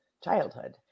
childhood